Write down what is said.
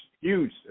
huge